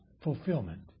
fulfillment